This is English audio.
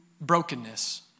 brokenness